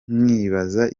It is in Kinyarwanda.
nkibaza